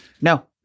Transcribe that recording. No